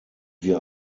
wir